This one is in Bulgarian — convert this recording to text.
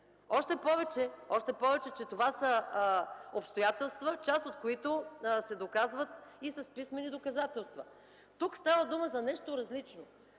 Още повече че това са обстоятелства, част от които се доказват и с писмени доказателства. Тук става дума за нещо различно.